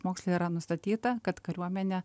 moksle yra nustatyta kad kariuomenė